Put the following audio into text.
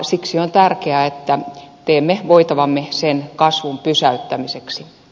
siksi on tärkeää että teemme voitavamme sen kasvun pysäyttämiseksi